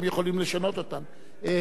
אדוני שר המשפטים, בבקשה.